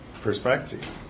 perspective